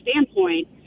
standpoint